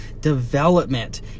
development